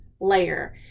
layer